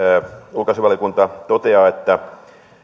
ulkoasiainvaliokunta toteaa että